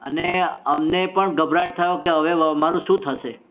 અને અમને પણ ગભરાહટ થયો કે હવે અમારું શું થશે